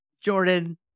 Jordan